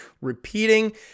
repeating